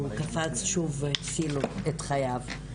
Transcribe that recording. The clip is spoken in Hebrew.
והוא קפץ שוב והציל את חייו,